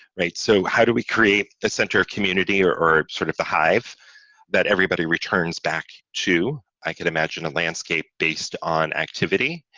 right. so how do we create a center of community or or sort of the hive that everybody returns back to? i could imagine a landscape based on activity.